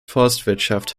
forstwirtschaft